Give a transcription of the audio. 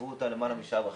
עיכבו אותם למעלה משעה וחצי.